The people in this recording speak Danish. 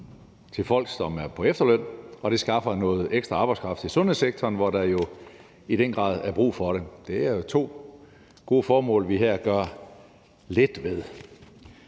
til folk, som er på efterløn, og det skaffer noget ekstra arbejdskraft til sundhedssektoren, hvor der jo i den grad er brug for den. Det er to gode formål, vi her gør lidt ved.